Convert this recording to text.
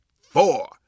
four